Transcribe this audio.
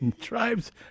tribes